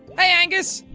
hey angus!